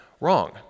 Wrong